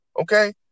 Okay